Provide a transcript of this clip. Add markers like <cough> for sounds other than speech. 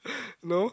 <breath> no